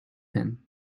him